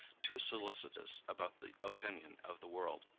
too solicitous about the opinion of the world.